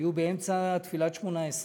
היו באמצע תפילת שמונה-עשרה,